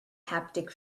haptic